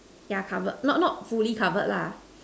yeah covered not not fully covered lah